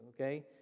okay